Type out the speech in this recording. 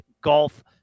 golf